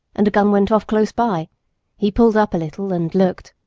and a gun went off close by he pulled up a little and looked,